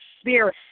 spirit